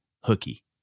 hooky